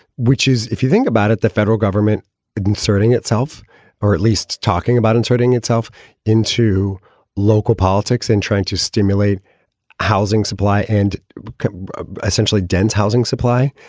which is, if you think about it, the federal government is inserting itself or at least talking about inserting itself into local politics and trying to stimulate housing supply and essentially dense housing supply.